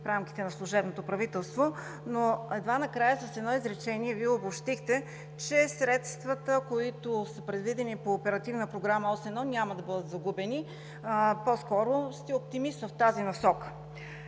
в рамките на служебното правителство, но едва накрая с едно изречение Вие обобщихте, че средствата, предвидени по Оперативната програма, Ос 1, няма да бъдат загубени. По-скоро сте оптимист в тази насока.